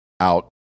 out